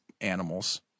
animals